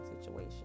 situation